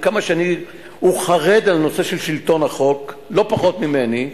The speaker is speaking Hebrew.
הוא חרד לנושא של שלטון החוק לא פחות ממני.